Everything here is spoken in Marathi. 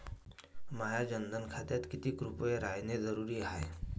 माह्या जनधन खात्यात कितीक रूपे रायने जरुरी हाय?